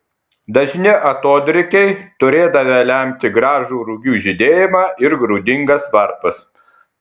dažni atodrėkiai turėdavę lemti gražų rugių žydėjimą ir grūdingas varpas